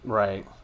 right